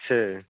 छः